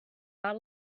not